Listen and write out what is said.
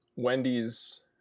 Wendy's